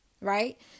right